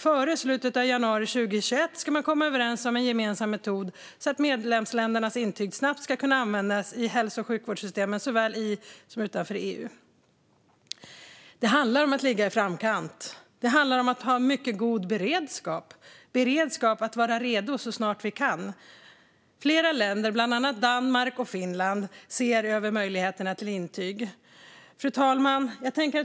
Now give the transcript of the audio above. Före slutet av januari 2021 ska man komma överens om en gemensam metod så att medlemsländernas intyg snabbt ska kunna användas i hälso och sjukvårdssystemen såväl inom som utanför EU. Det handlar om att ligga i framkant. Det handlar om att ha en mycket god beredskap - beredskap att vara redo så snart vi kan. Flera länder, bland annat Danmark och Finland, ser över möjligheterna till intyg.